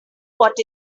what